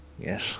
yes